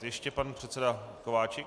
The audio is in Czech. Ještě pan předseda Kováčik.